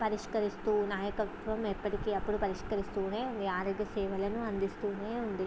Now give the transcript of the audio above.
పరిష్కరిస్తూ నాయకత్వం ఎప్పటికీ అప్పుడు పరిష్కరిస్తూనే ఉంది ఆరోగ్య సేవలను అందిస్తూనే ఉంది